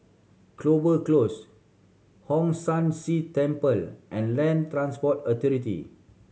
Clover Close Hong San See Temple and Land Transport Authority